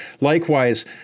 likewise